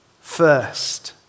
First